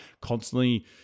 constantly